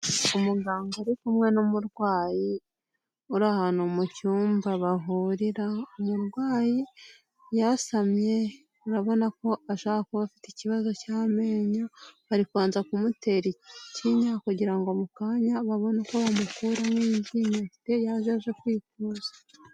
Umuganga ari kumwe n'umurwayi uri ahantu mu cyumba bavurira, umurwayi yasamye urabona ko ashobora kuba afite ikibazo cy'amenyo, bari kubanza kumutera ikinya kugira ngo mu kanya babone uko bamukuramo iryinyo iryo yaje aje kwivuza.